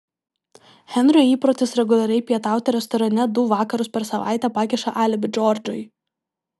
henrio įprotis reguliariai pietauti restorane du vakarus per savaitę pakiša alibi džordžui